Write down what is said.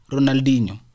Ronaldinho